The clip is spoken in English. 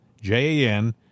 J-A-N